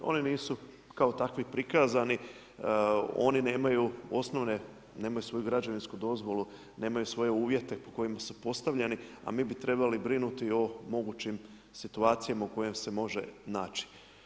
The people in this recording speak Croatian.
Oni nisu kao takvi prikazani, oni nemaju osnovne, nemaju svoju građevinsku dozvolu, nemaju svoje uvjete po kojima su postavljeni, a mi bi trebali brinuti o mogućim situacijama u kojima se može naći.